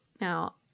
Now